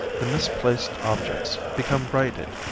the misplaced objects become righted,